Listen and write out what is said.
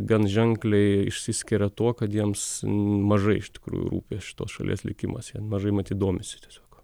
gan ženkliai išsiskiria tuo kad jiems mažai iš tikrųjų rūpi šitos šalies likimas mažai matyt domisi tiesiog